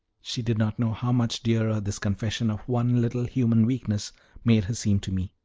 she did not know how much dearer this confession of one little human weakness made her seem to me.